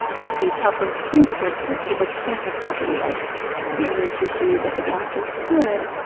but the california supreme court said people can't have property rights in their tissue, but the doctor could,